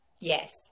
Yes